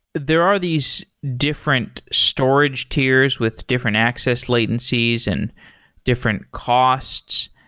there are these different storage tiers with different access latencies and different costs.